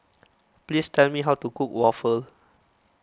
please tell me how to cook Waffle